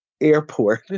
airport